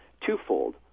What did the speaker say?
twofold